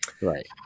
Right